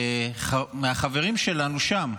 מהחברים שלנו שם,